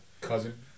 cousin